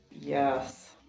Yes